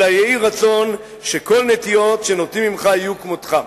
אלא יהי רצון שכל נטיעות שנוטעים ממך יהיו כמותך.